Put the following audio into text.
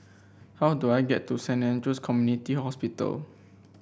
how do I get to Saint Andrew's Community Hospital